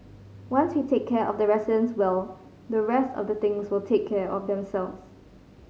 once we take care of the residents well the rest of the things will take care of themselves